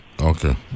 Okay